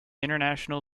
international